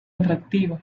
atractiva